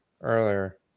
earlier